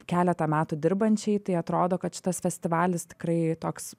keletą metų dirbančiai tai atrodo kad šitas festivalis tikrai toks